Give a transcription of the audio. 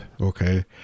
Okay